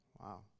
Wow